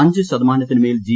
അഞ്ചു ശതമാനത്തിനുമേൽ ജി